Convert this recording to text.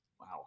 Wow